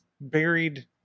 buried